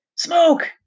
Smoke